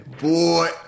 Boy